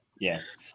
Yes